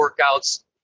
workouts